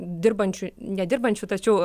dirbančių nedirbančių tačiau